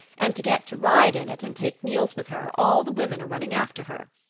and to get to ride in it, and take meals with her, all the women are running after her.